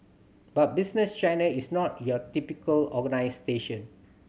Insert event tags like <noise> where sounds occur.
but Business China is not your typical <unintelligible> station